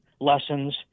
lessons